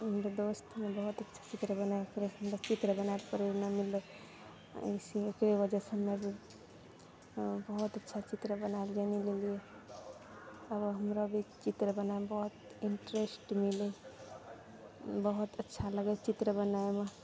हमर दोस्त बहुत अच्छा चित्र बनाबयके ओकरेसँ हमरा चित्र बनाबयके प्रेरणा मिललइ अइसे एकरे वजहसँ हमर बहुत अच्छा चित्र बनाबय लगलियै आब हमरा भी चित्र बनाबयमे बहुत इन्टरेस्ट भेलय बहुत अच्छा लगय छै चित्र बनाबयमे